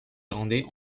irlandais